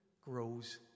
grows